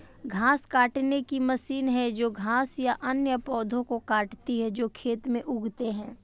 घास काटने की मशीन है जो घास या अन्य पौधों को काटती है जो खेत में उगते हैं